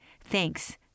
thanks